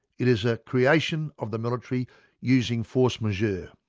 it is a creation of the military using force majeure.